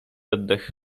oddech